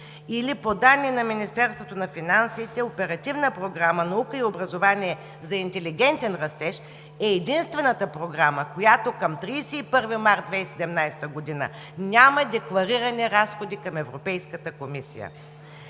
или по данни на Министерството на финансите Оперативна програма „Наука и образование за интелигентен растеж“ е единствената програма, която към 31 март 2017 г. няма декларирани разходи към Европейската комисия.